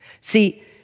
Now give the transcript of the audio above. See